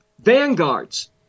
vanguards